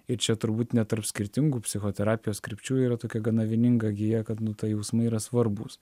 ir čia turbūt net tarp skirtingų psichoterapijos krypčių yra tokia gana vieninga gija kad nu tai jausmai yra svarbūs